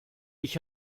ich